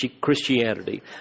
Christianity